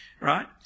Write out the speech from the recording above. Right